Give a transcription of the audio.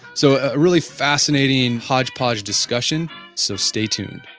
so a really fascinating hodgepodge discussion so stay tuned